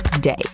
day